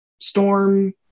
storm